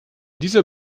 dieser